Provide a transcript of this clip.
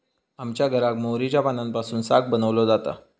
आमच्या घराक मोहरीच्या पानांपासून साग बनवलो जाता